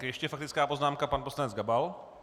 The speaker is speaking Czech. Ještě faktická poznámka, pan poslanec Gabal.